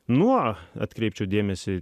nuo atkreipčiau dėmesį